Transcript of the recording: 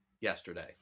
yesterday